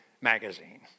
magazine